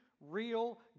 real